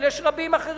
אבל יש רבים אחרים,